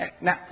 Now